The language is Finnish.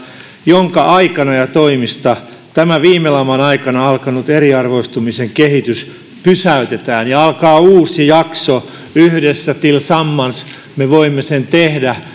jonka aikana ja toimista tämä viime laman aikana alkanut eriarvoistumisen kehitys pysäytetään ja alkaa uusi jakso yhdessä tillsammans me voimme sen tehdä